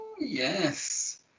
yes